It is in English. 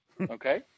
okay